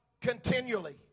continually